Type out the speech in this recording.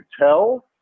tell